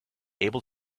able